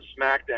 SmackDown